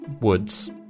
woods